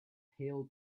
hail